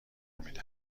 میدم